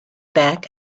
back